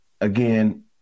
again